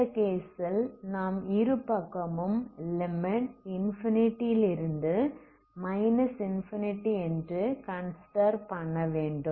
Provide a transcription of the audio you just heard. இந்த கேசில் நாம் இரு பக்கமும் லிமிட் இன்ஃபினிட்டி யிலிருந்து மைனஸ் இன்ஃபினிட்டி என்று கன்சிடர் பண்ணவேண்டும்